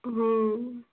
हँ